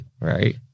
right